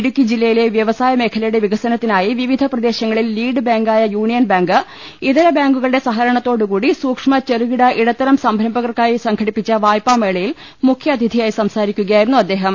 ഇടുക്കി ജില്ലയിലെ വ്യവസായ മേഖലയുടെ വികസനത്തിനായി വിവിധ പ്രദേശങ്ങളിൽ ലീഡ് ബാങ്കായ യൂണിയൻ ബാങ്ക് ഇതര ബാങ്കുകളുടെ സഹകരണത്തോടുകൂടി സൂക്ഷ്മ ചെറുകിട ഇടത്തരം സംരംഭകർക്കായ് സംഘടിപ്പിച്ച വായ് പാമേളയിൽ മുഖ്യാതിഥിയായി സംസാരിക്കുകയായിരുന്നു അദ്ദേഹം